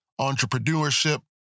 entrepreneurship